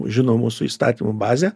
žino mūsų įstatymų bazę